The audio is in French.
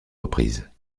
reprises